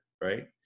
Right